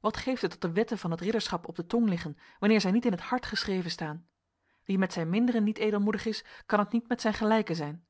wat geeft het dat de wetten van het ridderschap op de tong liggen wanneer zij niet in het hart geschreven staan wie met zijn minderen niet edelmoedig is kan het niet met zijn gelijken zijn